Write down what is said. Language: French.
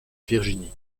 virginie